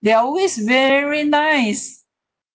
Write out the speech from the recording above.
they're always very nice